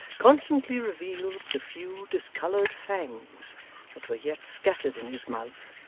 constantly revealed the few discoloured fangs that were yet scattered in his mouth,